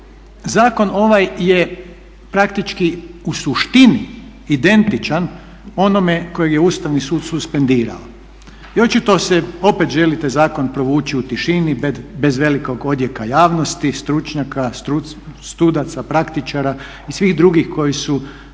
zakon ovaj je praktički u suštini identičan onome kojeg je Ustavni sud suspendirao i očito se opet želi taj zakon provući u tišini, bez velikog odjeka javnosti, stručnjaka, sudaca, praktičara i svih drugih koji su se